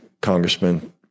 congressman